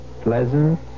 pleasant